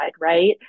right